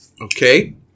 Okay